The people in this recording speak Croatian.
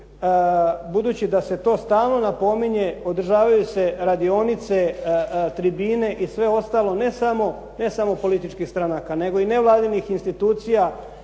budući da se to stalno napominje, održavaju se radionice, tribine i sve ostalo, ne samo političkih stranaka nego i nevladinih institucija